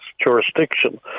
jurisdiction